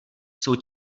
jsou